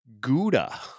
Gouda